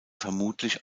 vermutlich